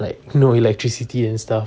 like no electricity and stuff